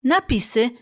Napisy